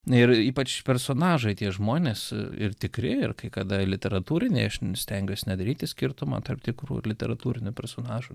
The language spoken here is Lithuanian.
ir ypač personažai tie žmonės ir tikri ir kai kada literatūriniai aš stengiuos nedaryti skirtumo tarp tikrų literatūrinių personažų